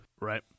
Right